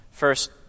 First